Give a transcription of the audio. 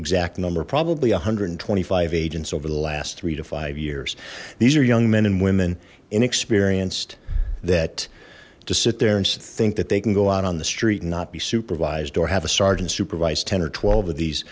exact number probably a hundred and twenty five agents over the last three to five years these are young men and women inexperienced that to sit there and think that they can go out on the street and not be supervised door have a sergeant supervised ten or twelve of these